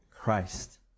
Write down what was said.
Christ